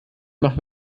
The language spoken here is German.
machen